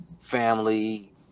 family